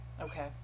Okay